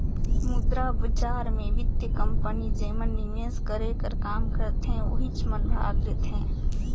मुद्रा बजार मे बित्तीय कंपनी जेमन निवेस करे कर काम करथे ओहिच मन भाग लेथें